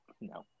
no